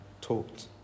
taught